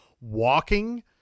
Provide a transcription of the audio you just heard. walking